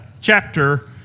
chapter